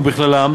ובכללם